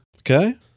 Okay